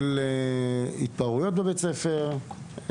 של התפרעויות בבית הספר,